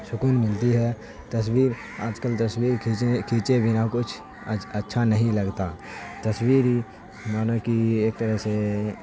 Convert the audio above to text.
سکون ملتی ہے تصویر آج کل تصویر کھینچنے کھینچے بنا کچھ اچھا نہیں لگتا تصویر مانا کہ ایک طرح سے